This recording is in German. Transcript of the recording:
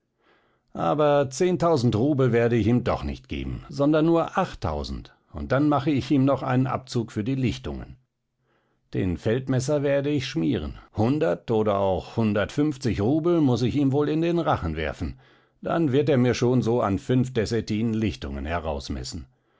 aber zehntausend rubel werde ich ihm doch nicht geben sondern nur achttausend und dann mache ich ihm noch einen abzug für die lichtungen den feldmesser werde ich schmieren hundert oder auch hundertfünfzig rubel muß ich ihm wohl in den rachen werfen dann wird er mir schon so ein fünf dessätinen lichtungen herausmessen